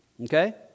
okay